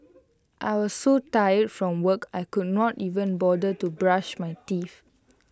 I was so tired from work I could not even bother to brush my teeth